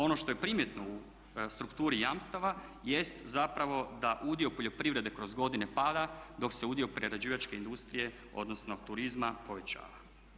Ono što je primjetno u strukturi jamstava jest zapravo da udio poljoprivrede kroz godine pada dok se udio prerađivačke industrije odnosno turizma povećava.